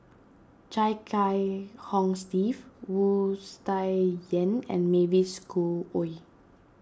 Chia Kiah Hong Steve Wu Tsai Yen and Mavis Khoo Oei